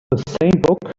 the